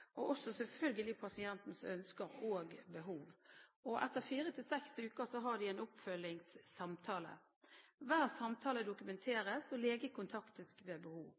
selvfølgelig også pasientens ønske og behov. Etter fire til seks uker har de en oppfølgingssamtale. Hver samtale dokumenteres, og lege kontaktes ved behov.